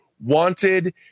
wanted